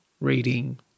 reading